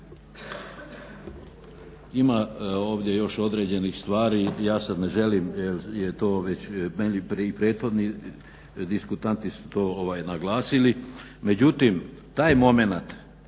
Ima ovdje još određenih stvari, ja sada ne želim jer to već, i prethodni diskutanti su to naglasili. Međutim, taj momenat